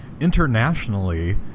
internationally